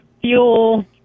fuel